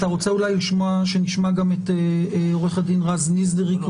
אתה רוצה שנשמע גם את עורך הדין רז נזרי?